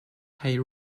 hay